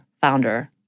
founder